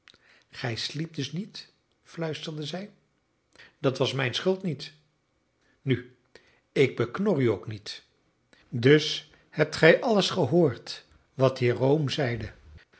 gij sliept dus niet fluisterde zij dat was mijn schuld niet nu ik beknor u ook niet dus hebt gij alles gehoord wat jérôme zeide